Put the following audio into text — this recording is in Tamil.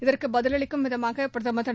இதற்கு பதிலளிக்கும் விதமாக பிரதமர் மோடி திரு